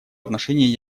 отношении